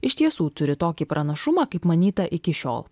iš tiesų turi tokį pranašumą kaip manyta iki šiol